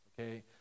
okay